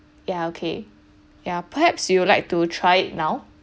ya okay ya perhaps you would like to try it now